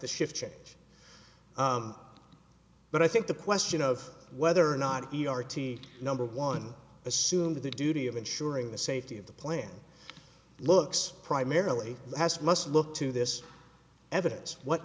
the shift change but i think the question of whether or not e r t number one assume the duty of ensuring the safety of the plant looks primarily has must look to this evidence what